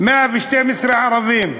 112 ערבים,